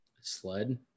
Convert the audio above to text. Sled